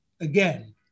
again